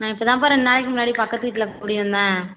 நான் இப்போ தான்ப்பா ரெண்டு நாளைக்கு முன்னாடி பக்கத்து வீட்டில் குடி வந்தேன்